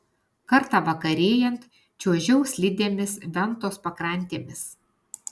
kartą vakarėjant čiuožiau slidėmis ventos pakrantėmis